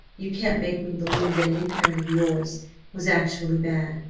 you can't make me believe that any parent of yours was actually bad!